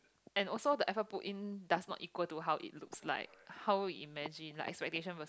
and also the effort put in does not equal to how it looks like how it imagine like expectation versus